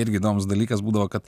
irgi įdomus dalykas būdavo kad